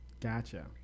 Gotcha